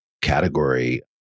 category